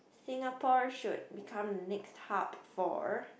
Singaporean should become next hub for